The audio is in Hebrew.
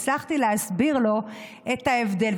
הצלחתי להסביר לו את ההבדל.